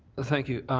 thank you.